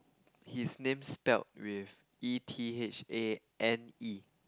his name spelled with E T H A N E